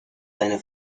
deine